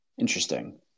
Interesting